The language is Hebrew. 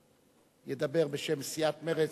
שידבר בשם סיעת מרצ,